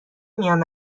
میان